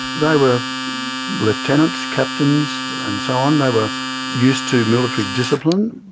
they were lieutenants, captions and so on, they were used to military discipline,